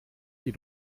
die